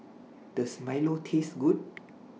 Does Milo Taste Good